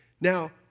Now